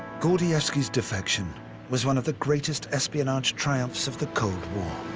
gordievsky's defection was one of the greatest espionage triumphs of the cold war.